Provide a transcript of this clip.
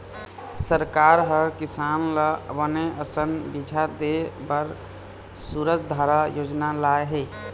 सरकार ह किसान ल बने असन बिजहा देय बर सूरजधारा योजना लाय हे